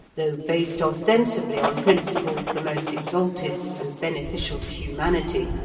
though based ostensibly on principles the most exalted and beneficial to humanity,